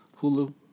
Hulu